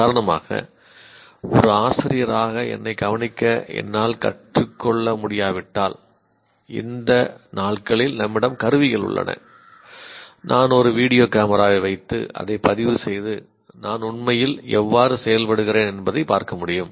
உதாரணமாக ஒரு ஆசிரியராக என்னைக் கவனிக்க என்னால் கற்றுக்கொள்ள முடியாவிட்டால் இந்த நாட்களில் நம்மிடம் கருவிகள் உள்ளன நான் ஒரு வீடியோ கேமராவை வைத்து அதைப் பதிவுசெய்து நான் உண்மையில் எவ்வாறு செயல்படுகிறேன் என்பதைப் பார்க்க முடியும்